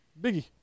Biggie